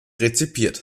rezipiert